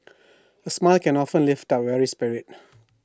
A smile can often lift up A weary spirit